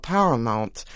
Paramount